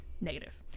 Negative